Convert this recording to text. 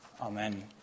Amen